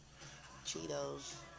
Cheetos